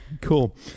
Cool